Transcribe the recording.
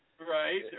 Right